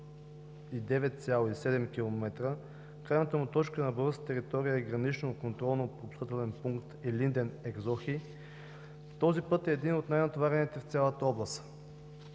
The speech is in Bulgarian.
109,7 км, а крайната му точка на българска територия е Гранично контролно-пропускателен пункт Илинден – Ексохи. Този път е един от най-натоварените в цялата област.